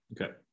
Okay